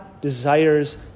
desires